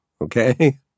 okay